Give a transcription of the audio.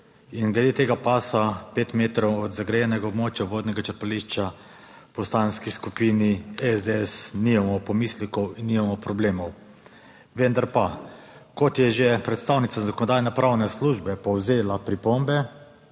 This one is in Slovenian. Glede tega pasa pet metrov od zgrajenega območja vodnega črpališča v Poslanski skupini SDS nimamo pomislekov in nimamo problemov. Vendar pa, kot je že predstavnica Zakonodajno-pravne službe povzela pripombe,